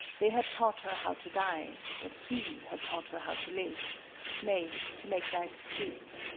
they had taught her how to die, but he had taught her how to live nay, to make life sweet.